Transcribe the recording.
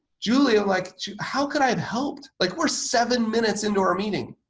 julie like how could i have helped? like we're seven minutes into our meeting.